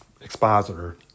expositor